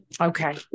okay